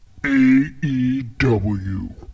AEW